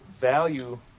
value